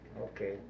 Okay